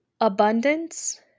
Abundance